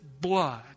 blood